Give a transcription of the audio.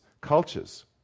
cultures